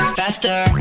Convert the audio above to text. faster